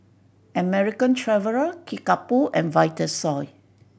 American Traveller Kickapoo and Vitasoy